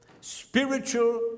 spiritual